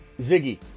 Ziggy